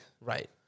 Right